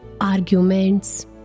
arguments